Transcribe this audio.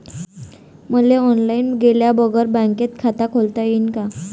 मले ऑनलाईन गेल्या बगर बँकेत खात खोलता येईन का?